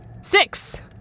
Six